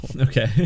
okay